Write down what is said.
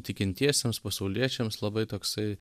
tikintiesiems pasauliečiams labai toksai